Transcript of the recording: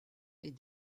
est